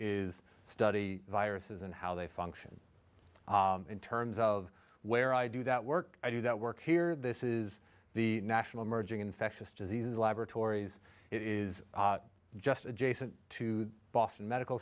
is study viruses and how they function in terms of where i do that work i do that work here this is the national emerging infectious disease laboratories it is just adjacent to boston medical